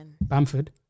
Bamford